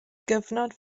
gyfnod